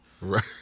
Right